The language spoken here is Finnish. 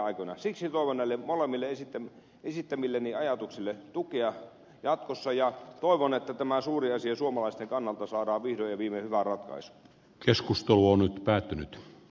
siksi toivon näille molemmille esittämilleni ajatuksille tukea jatkossa ja toivon että tämä suuri asia suomalaisten kannalta saadaan vihdoin ja viimein hyvään ratkaisuun